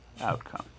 outcome